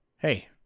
Hey